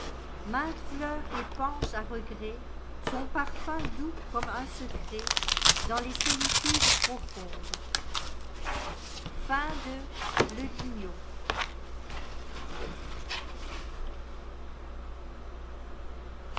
mainte fleur épanche à regret son parfum doux comme un secret dans les solitudes profondes